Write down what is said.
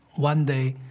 one day,